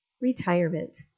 Retirement